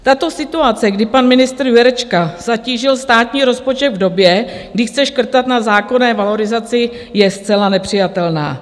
Tato situace, kdy pan ministr Jurečka zatížil státní rozpočet v době, kdy chce škrtat na zákonné valorizaci, je zcela nepřijatelná.